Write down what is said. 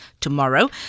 tomorrow